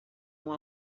uma